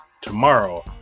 tomorrow